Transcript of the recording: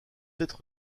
être